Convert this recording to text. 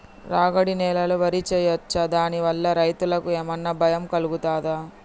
రాగడి నేలలో వరి వేయచ్చా దాని వల్ల రైతులకు ఏమన్నా భయం కలుగుతదా?